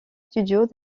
studios